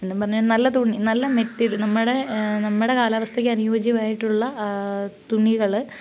എന്നുംപറഞ്ഞ് നല്ല തുണി നല്ല മെറ്റീരിയൽ നമ്മുടെ നമ്മുടെ കാലാവസ്ഥയ്ക്ക് അനുയോജ്യമായിട്ടുള്ള തുണികൾ